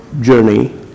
journey